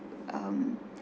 um